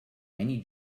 many